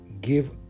give